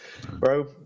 bro